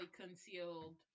concealed